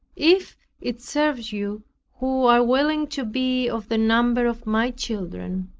if it serves you who are willing to be of the number of my children